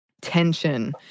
tension